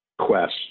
quest